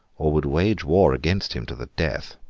or would wage war against him to the death.